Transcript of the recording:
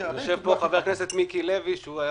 אחר כך עד 100 מיליון,